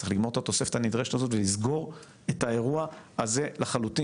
צריך לגמור את התוספת הזאת ולסגור את האירוע הזה לחלוטין.